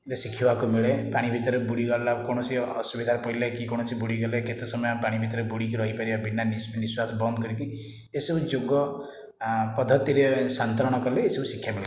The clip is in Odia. ବି ଶିଖିବାକୁ ମିଳେ ପାଣି ଭିତରେ ବୁଡ଼ିଗଲା କୌଣସି ଅସୁବିଧାରେ ପଇଲେ କି କୌଣସି ବୁଡ଼ିଗଲେ କେତେ ସମୟ ଆମେ ପାଣି ଭିତରେ ବୁଡ଼ିକି ରହିପାରିବା ବିନା ନିଶ୍ଵାସ ବନ୍ଦ କରିକି ଏସବୁ ଯୋଗ ପଦ୍ଧତିରେ ସନ୍ତରଣ କଲେ ଏସବୁ ଶିକ୍ଷା ମିଳିଥାଏ